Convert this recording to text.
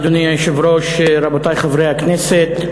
אדוני היושב-ראש, רבותי חברי הכנסת,